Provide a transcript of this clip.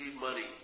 money